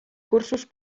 cursos